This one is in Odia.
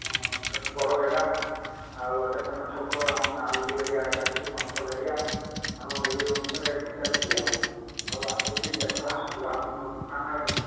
ହଁ ବଡ଼ ଜାଗା ଆଉ ଏଇଟା ତୁମ ଛକ ଆମ ଗାଁ ଏରିଆଟା ଟିକେ ମଫସଲ ଏରିଆ ଏଣୁ ଏଇ ଅନୁସାରେ ଏଠି ଚାଲିଛି ଆଉ ଆଉ ଆସିକି ଦେଖ ଆସନ୍ତୁ ଆମ ଦୋକାନ ଆଡ଼େ